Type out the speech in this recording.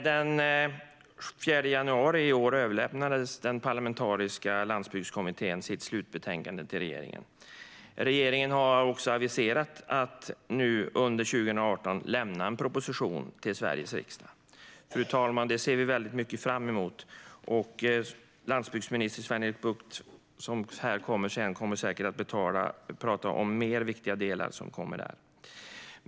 Den 4 januari i år överlämnade Parlamentariska landsbygdskommittén sitt slutbetänkande till regeringen. Regeringen har också aviserat att man under 2018 kommer att lämna en proposition till Sveriges riksdag. Det ser vi fram emot, fru talman, och landsbygdsminister Sven-Erik Bucht kommer säkert att tala om fler viktiga delar som kommer där.